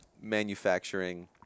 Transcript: manufacturing